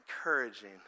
encouraging